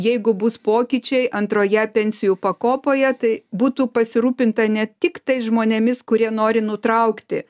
jeigu bus pokyčiai antroje pensijų pakopoje tai būtų pasirūpinta ne tik tais žmonėmis kurie nori nutraukti